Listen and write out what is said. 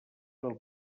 del